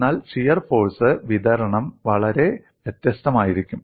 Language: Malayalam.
എന്നാൽ ഷിയർ ഫോഴ്സ് വിതരണം വളരെ വ്യത്യസ്തമായിരിക്കും